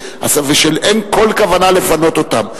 ואין כל כוונה לפנות אותם.